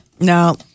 No